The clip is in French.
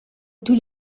tous